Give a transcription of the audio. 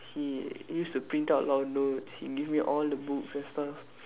he used to print out long notes he give me all the books and stuff